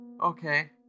okay